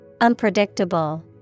Unpredictable